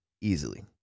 easily